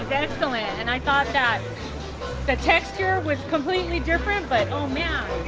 excellent and i thought that the texture was completely different but oh man!